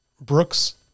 Brooks